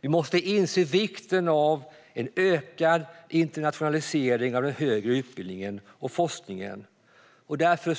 Vi måste inse vikten av en ökad internationalisering av den högre utbildningen och forskningen. Därför